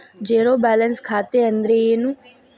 Zero balance ಖಾತೆ ಅಂದ್ರೆ ಏನು?